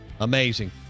amazing